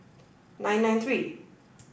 nine nine three